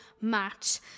match